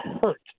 hurt